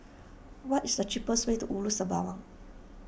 what is the cheapest way to Ulu Sembawang